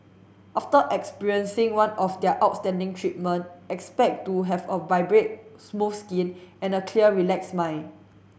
after experiencing one of their outstanding treatment expect to have a vibrate smooth skin and a clear relax mind